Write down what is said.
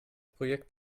projekt